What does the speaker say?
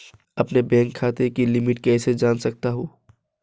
अपने बैंक खाते की लिमिट कैसे जान सकता हूं?